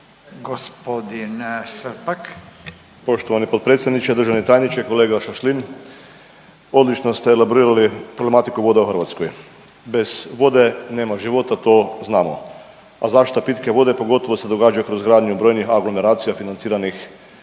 Dražen (HDZ)** Poštovani potpredsjedniče, državni tajniče, kolega Šašlin. Odlično ste elaborirali problematiku voda u Hrvatskoj, bez vode nema života to znamo, a zaštita pitke vode pogotovo se događa kroz gradnju brojnih aglomeracija financiranih